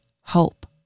hope